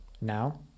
now